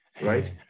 right